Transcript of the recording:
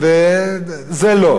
זה לא.